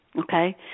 okay